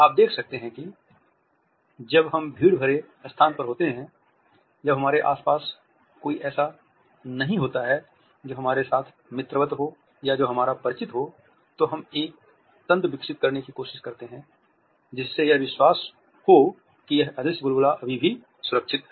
आप देख सकते हैं कि जब हम भीड़ भरे स्थान पर होते हैं जब हमारे आस पास कोई ऐसा नहीं होता है जो हमारे साथ मित्रवत हो या जो हमारा परिचित हो तो हम एक तंत्र विकसित करने की कोशिश करते हैं जिससे यह विश्वास हो कि यह अदृश्य बुलबुला अभी भी सुरक्षित है